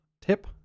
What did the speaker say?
tip